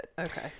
Okay